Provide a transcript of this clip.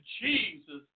Jesus